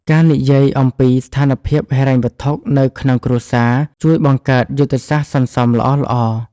ការនិយាយអំពីស្ថានភាពហិរញ្ញវត្ថុនៅក្នុងគ្រួសារជួយបង្កើតយុទ្ធសាស្ត្រសន្សុំល្អៗ។